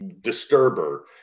disturber